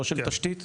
לא של תשתית?